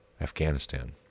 Afghanistan